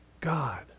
God